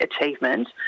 achievement